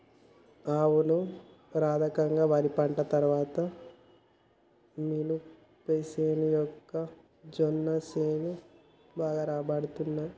అవును రాధక్క వరి పంట తర్వాత మినపసేను మొక్కజొన్న సేను బాగా రాబడి తేత్తున్నయ్